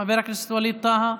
חבר הכנסת ווליד טאהא,